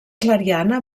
clariana